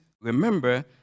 remember